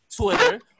Twitter